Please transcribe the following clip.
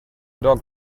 dog